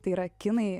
tai yra kinai